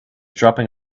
dropping